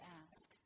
ask